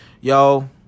yo